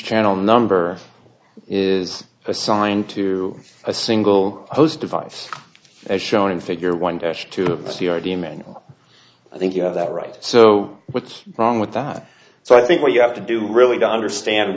channel number is assigned to a single host device as shown in figure one dash to the c r t manual i think you have that right so what's wrong with that so i think what you have to do really to understand